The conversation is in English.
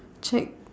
check